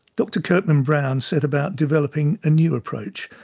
dr kirkman-brown set about developing a new approach,